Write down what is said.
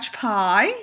pie